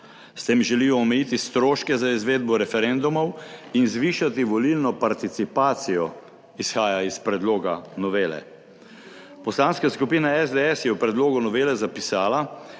S tem želijo omejiti stroške za izvedbo referendumov in zvišati volilno participacijo, izhaja iz predloga novele. Poslanska skupina SDS je v predlogu novele zapisala,